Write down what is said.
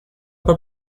her